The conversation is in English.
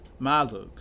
Maluk